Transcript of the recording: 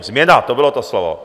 Změna, to bylo to slovo.